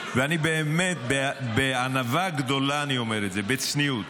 ואני באמת בענווה גדולה אומר את זה, בצניעות,